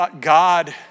God